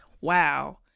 wow